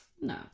no